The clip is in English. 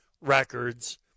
records